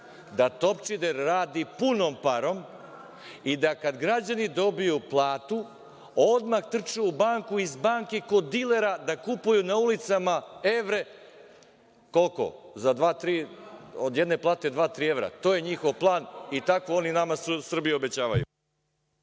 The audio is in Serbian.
da Topčider radi punom parom i da kada građani dobiju platu odmah trče u banku i iz banke kod dilera, da kupuju na ulicama evre. Koliko? Od jedne plate dva, tri evra. To je njihov plan i takvu nama oni Srbiju obećavaju.